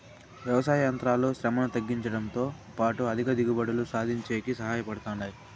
వ్యవసాయ యంత్రాలు శ్రమను తగ్గించుడంతో పాటు అధిక దిగుబడులు సాధించేకి సహాయ పడతాయి